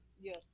Yes